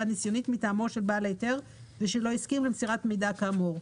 הניסיונית מטעמו של בעל ההיתר ושלא הסכים למסירת ידע כאמור.